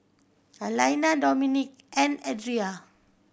Alaina Dominik and Adria